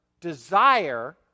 desire